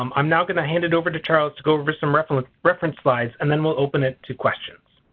um i'm now going to hand it over to charles to go over some reference reference slides and then we'll open it to questions.